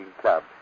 Club